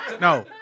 No